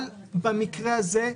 אבל במקרה הזה,